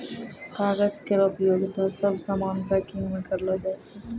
कागज केरो उपयोगिता सब सामान पैकिंग म करलो जाय छै